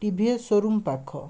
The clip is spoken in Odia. ଟି ଭି ଏସ୍ ଶୋ ରୁମ୍ ପାଖ